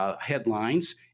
Headlines